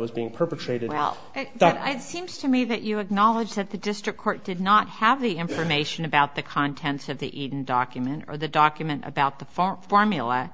was being perpetrated well that i seems to me that you acknowledge that the district court did not have the information about the contents of the eden document or the document about the farm formula